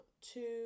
two